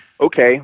Okay